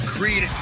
Creed